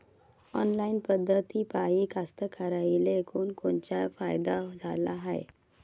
Online पद्धतीपायी कास्तकाराइले कोनकोनचा फायदा झाला हाये?